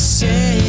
say